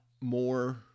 more